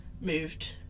moved